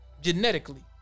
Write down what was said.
Genetically